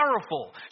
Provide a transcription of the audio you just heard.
powerful